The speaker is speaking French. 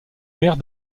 maire